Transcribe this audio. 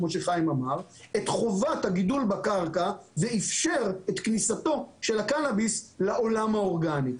את חובת הגידול בקרקע ואפשר את כניסתו של הקנאביס לעולם האורגני.